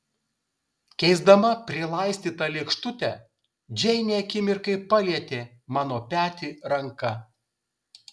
keisdama prilaistytą lėkštutę džeinė akimirkai palietė mano petį ranka